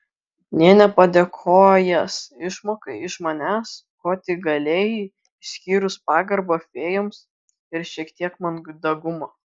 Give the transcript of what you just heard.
nė nepadėkojęs išmokai iš manęs ko tik galėjai išskyrus pagarbą fėjoms ir šiek tiek mandagumo